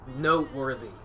noteworthy